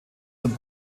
zum